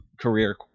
career